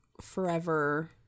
forever